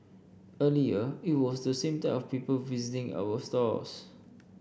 earlier it was the same type of people visiting our stores